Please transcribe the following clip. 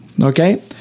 Okay